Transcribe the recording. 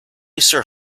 sir